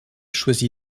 choisit